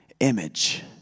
image